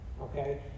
Okay